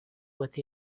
with